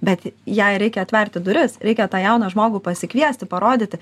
bet jai reikia atverti duris reikia tą jauną žmogų pasikviesti parodyti